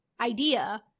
idea